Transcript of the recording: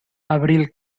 abril